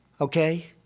okay?